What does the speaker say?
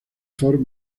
fort